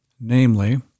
Namely